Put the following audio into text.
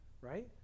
Right